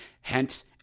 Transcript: hence